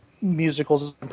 musicals